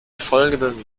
folgenden